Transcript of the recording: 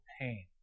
pain